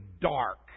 dark